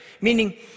meaning